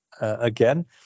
again